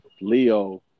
Leo